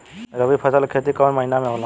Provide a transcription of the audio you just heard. रवि फसल के खेती कवना महीना में होला?